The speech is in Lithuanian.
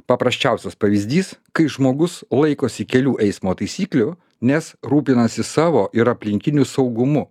paprasčiausias pavyzdys kai žmogus laikosi kelių eismo taisyklių nes rūpinasi savo ir aplinkinių saugumu